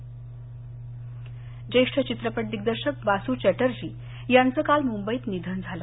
निधन ज्येष्ठ चित्रपट दिग्दर्शक बास् चॅटर्जी यांचं काल मुंबईत निधन झालं